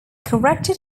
corrected